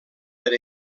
per